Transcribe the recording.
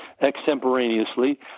extemporaneously